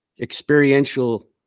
experiential